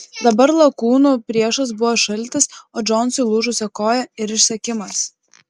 dabar lakūnų priešas buvo šaltis o džonsui lūžusia koja ir išsekimas